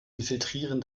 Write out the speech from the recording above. infiltrieren